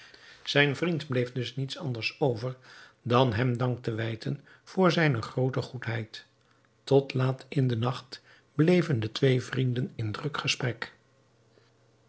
zijn vriend bleef dus niets anders over dan hem dank te wijten voor zijne groote goedheid tot laat in den nacht bleven de twee vrienden in druk gesprek